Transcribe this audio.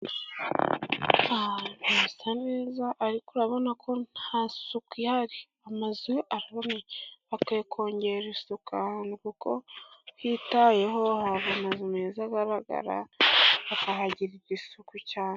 Amazu meza ariko urabona ko nta suku ihari, amazu hakwiye kongera isuku ahantu kuko hitayeho haba amazu meza agaragara bakahagirira isuku cyane.